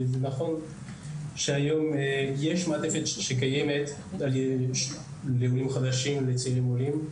היום יש מעטפת שקיימת עבור צעירים עולים.